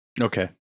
Okay